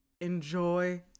enjoy